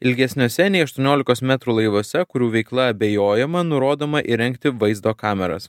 ilgesniuose nei aštuoniolikos metrų laivuose kurių veikla abejojama nurodoma įrengti vaizdo kameras